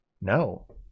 no